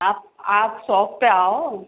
आप आप शॉप पर आओ